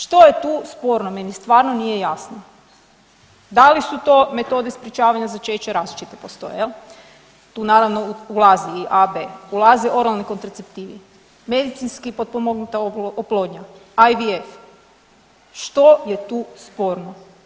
Što je tu sporno meni stvarno nije jasno, da li su to metode sprječavanja začeća, različite postoje jel, tu naravno ulazi i AB, ulaze oralni kontraceptivi, medicinski potpomognuta oplodnja, IVF, što je tu sporno?